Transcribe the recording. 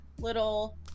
little